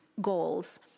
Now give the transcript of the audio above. goals